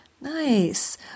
Nice